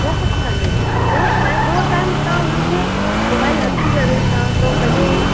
उहो कुझु कान्हे उहो त आहे थोरो टाइम तव्हां उन्हनि खे मोबाइल हथी करे तव्हां पंहिंजो